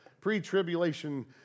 pre-tribulation